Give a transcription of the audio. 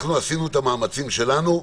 עשינו את המאמצים שלנו,